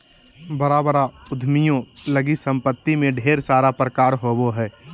बड़ा बड़ा उद्यमियों लगी सम्पत्ति में ढेर सारा प्रकार होबो हइ